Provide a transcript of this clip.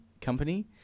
company